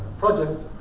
project.